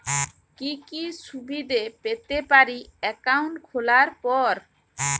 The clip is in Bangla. কি কি সুবিধে পেতে পারি একাউন্ট খোলার পর?